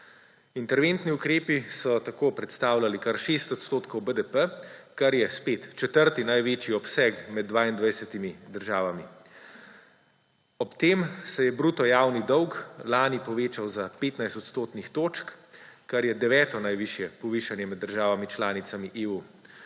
Interventni ukrepi so tako predstavljali kar 6 % BDP, kar je spet četrti največji obseg med 22 državami. Ob tem se je bruto javni dolg lani povečal za 15 odstotnih točk, kar je deveto najvišje povišanje med državami članicami EU,